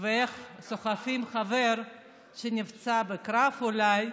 ואיך סוחבים חבר שנפצע אולי בקרב,